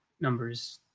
numbers